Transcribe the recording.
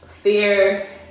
fear